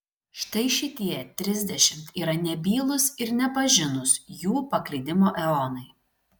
štai šitie trisdešimt yra nebylūs ir nepažinūs jų paklydimo eonai